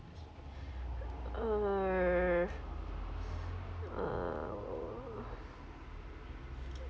uh uh